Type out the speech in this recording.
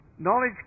Knowledge